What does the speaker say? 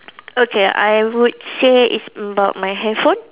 okay I would say it's about my handphone